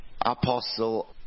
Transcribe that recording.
Apostle